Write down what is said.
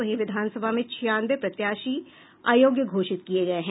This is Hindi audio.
वहीं विधानसभा में छियानवे प्रत्याशी अयोग्य घोषित किये गये हैं